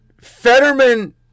Fetterman